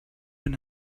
and